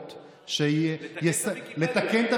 נקודתית,